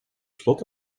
slot